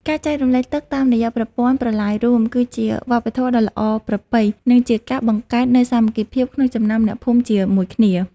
ការចែករំលែកទឹកតាមរយៈប្រព័ន្ធប្រឡាយរួមគឺជាវប្បធម៌ដ៏ល្អប្រពៃ និងជាការបង្កើតនូវសាមគ្គីភាពក្នុងចំណោមអ្នកភូមិជាមួយគ្នា។